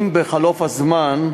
אם בחלוף הזמן,